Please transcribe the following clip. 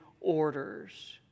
orders